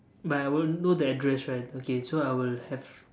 but I will know the address right okay so I will have